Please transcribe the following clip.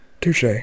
touche